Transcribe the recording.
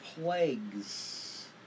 plagues